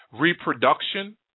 Reproduction